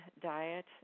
diet